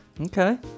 Okay